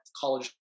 college